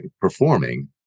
performing